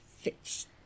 fits